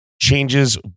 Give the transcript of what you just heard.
changes